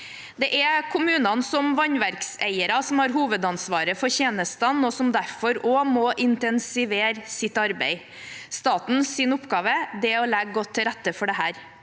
Det er kommunene, som vannverkseiere, som har hovedansvaret for tjenestene, og som derfor også må intensivere arbeidet sitt. Statens oppgave er å legge godt til rette for det.